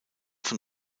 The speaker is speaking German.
von